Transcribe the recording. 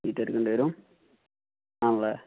T T എടുക്കേണ്ടി വരും ആണല്ലെ